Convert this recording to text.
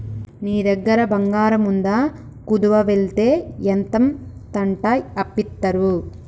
నీ దగ్గర బంగారముందా, కుదువవెడ్తే ఎంతంటంత అప్పిత్తరు